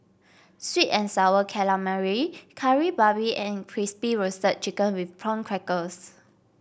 sweet and sour calamari Kari Babi and Crispy Roasted Chicken with Prawn Crackers